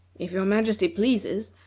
if your majesty pleases,